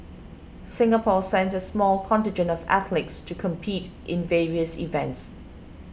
Singapore sent a small contingent of athletes to compete in various events